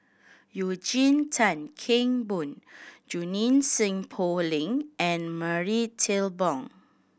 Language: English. Eugene Tan Kheng Boon Junie Sng Poh Leng and Marie Ethel Bong